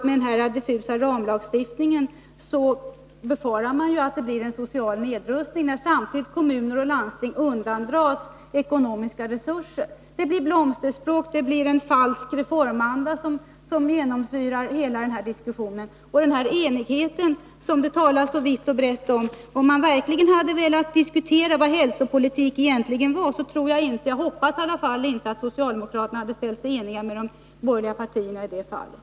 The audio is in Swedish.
Med denna diffusa ramlagstiftning kan man befara att det blir en social nedrustning, när kommuner och landsting samtidigt undandras ekonomiska resurser. Det blir blomsterspråk. Det blir en falsk reformanda som genomsyrar hela den här diskussionen. Enigheten, som det talas så vitt och brett om, är inte mycket värd. Om man verkligen hade velat diskutera vad hälsopolitik egentligen är, tror jag inte att socialdemokraterna — jag hoppas i varje fall det — hade ställt sig eniga med de borgerliga partierna i det fallet.